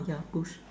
ya bush